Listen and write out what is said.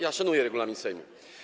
Ja szanuję regulamin Sejmu.